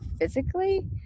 physically